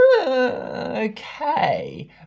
okay